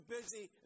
Busy